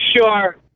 sure